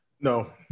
No